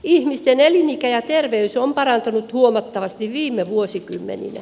ihmisten elinikä ja terveys on parantunut huomattavasti viime vuosikymmeninä